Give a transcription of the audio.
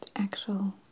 Actual